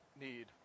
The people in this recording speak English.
need